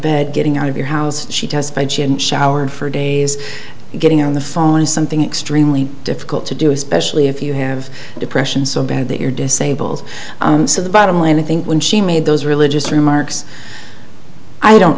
bed getting out of your house she testified she hadn't showered for days getting on the phone something extremely difficult to do especially if you have depression so bad that you're disabled so the bottom line i think when she made those religious remarks i don't